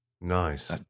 Nice